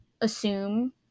assume